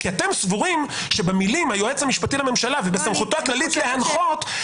כי אתם סבורים שבמילים היועץ המשפטי לממשלה ובסמכותו הכללית להנחות,